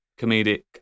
comedic